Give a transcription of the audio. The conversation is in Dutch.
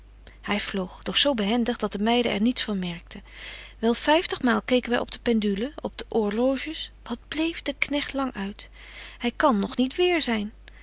hy vloog doch zo behendig dat de meiden er niets van merkten wel vyftig maal keken wy op de pendule op de orloges wat bleef de knegt lang uit hy kan nog niet weêr zyn